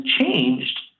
changed